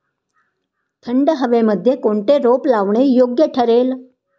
थंड हवेमध्ये कोणते रोप लावणे योग्य ठरेल?